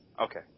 Okay